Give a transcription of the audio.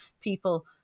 people